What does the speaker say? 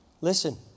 Listen